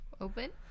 open